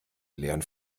leeren